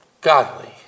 Godly